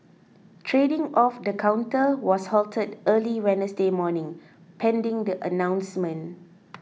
trading of the counter was halted early Wednesday morning pending the announcement